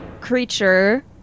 creature